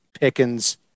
Pickens